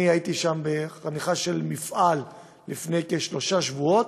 הייתי שם בפתיחה של מפעל לפני כשלושה שבועות,